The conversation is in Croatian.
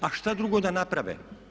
A što drugo da naprave.